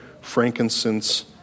frankincense